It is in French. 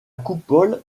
coupole